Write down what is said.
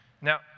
Now